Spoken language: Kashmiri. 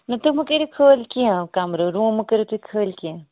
نہ تُہۍ مہٕ کٔرِو خٲلۍ کیٚنٛہہ کمرٕ روٗم مہٕ کٔرِو تُہۍ خٲلۍ کیٚنٛہہ